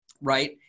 right